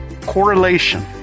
correlation